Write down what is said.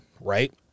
right